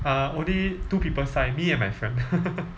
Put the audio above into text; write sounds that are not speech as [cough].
uh only two people sign me and my friend [laughs]